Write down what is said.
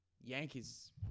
Yankees